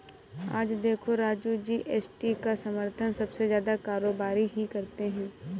आज देखो राजू जी.एस.टी का समर्थन सबसे ज्यादा कारोबारी ही करते हैं